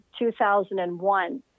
2001